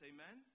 Amen